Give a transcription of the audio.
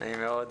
נעים מאוד,